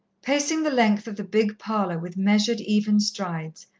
pacing the length of the big parlour with measured, even strides,